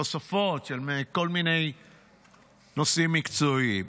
תוספות של כל מיני נושאים מקצועיים.